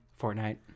Fortnite